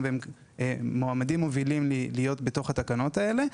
ושהם מועמדים מובילים להיכלל בתוך התקנות האלה,